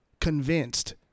Convinced